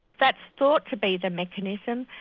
that's thought to be the mechanism,